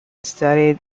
studied